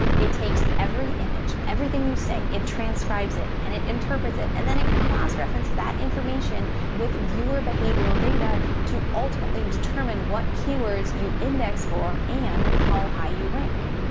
it takes every image, everything you say, it transcribes it and it interprets it, and then it cross-references that information with viewer behavioral data to ultimately determine what keywords you index for and how high you rank.